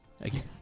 again